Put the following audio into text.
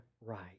right